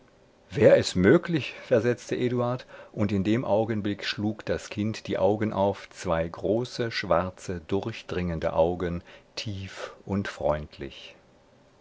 wär es möglich versetzte eduard und in dem augenblick schlug das kind die augen auf zwei große schwarze durchdringende augen tief und freundlich